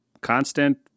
constant